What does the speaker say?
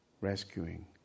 rescuing